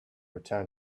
return